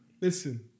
Listen